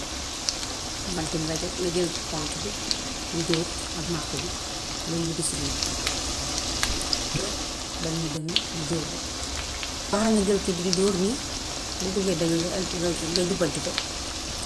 Bant bi ngay teg, nga jël pontu bi di dóor ak martu bi dañ dugg si biir bañ ma dëng di dóor rekk. Amaana nga jël kii bi di dóor nii, bu bëggee dëng nga nga nga jubbanti ko.